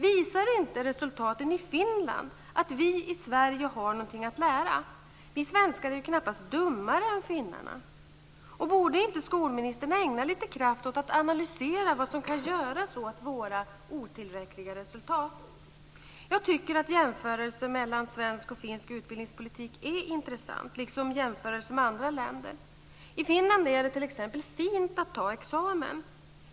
Visar inte resultaten i Finland att vi i Sverige har någonting att lära? Vi svenskar är ju knappast dummare än finnarna. Borde inte skolministern ägna lite kraft åt att analysera vad som kan göras åt våra otillräckliga resultat? Jag tycker att jämförelsen mellan svensk och finsk utbildningspolitik är intressant liksom jämförelser med andra länder. I Finland är det t.ex. fint att ta examen.